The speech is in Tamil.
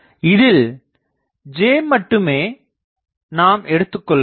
இதில் J மட்டுமே நாம் எடுத்துக் கொள்கிறோம்